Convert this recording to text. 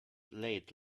late